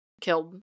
killed